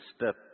step